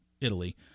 Italy